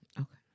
okay